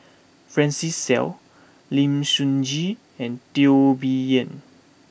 Francis Seow Lim Sun Gee and Teo Bee Yen